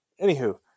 Anywho